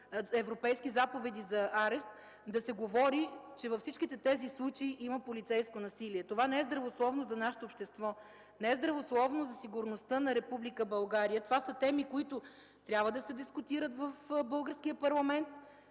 европейски заповеди за арест, да се говори, че във всички тези случаи има полицейско насилие. Това не е здравословно за нашето общество, не е здравословно за сигурността на Република България. Това са теми, които трябва да се дискутират в българския парламент.